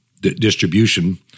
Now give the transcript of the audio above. distribution